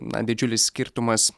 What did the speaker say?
na didžiulis skirtumas